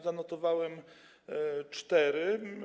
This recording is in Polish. Zanotowałem cztery.